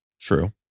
true